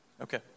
Okay